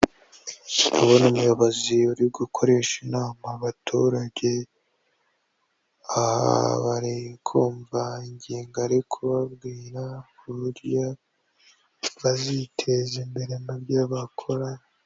Ndi kubona umuyobozi uri gukoresha inama abaturage, aha bari kumva ingingo ari kubabwira ku buryo baziteza imbere mu byo bakora.